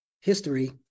history